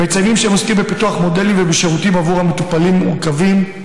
הם מציינים שהם עוסקים בפיתוח מודלים ושירותים עבור מטופלים מורכבים,